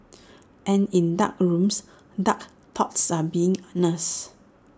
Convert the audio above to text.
and in dark rooms dark thoughts are being nursed